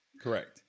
correct